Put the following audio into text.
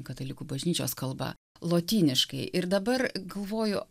katalikų bažnyčios kalba lotyniškai ir dabar galvoju